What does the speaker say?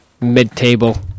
mid-table